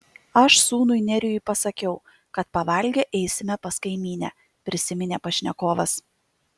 aš sūnui nerijui pasakiau kad pavalgę eisime pas kaimynę prisiminė pašnekovas